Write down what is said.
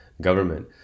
government